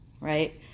Right